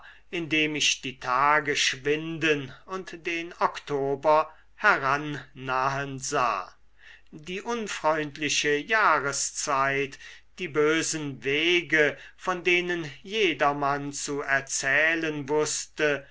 indem ich die tage schwinden und den oktober herannahen sah die unfreundliche jahreszeit die bösen wege von denen jedermann zu erzählen wußte